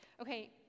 Okay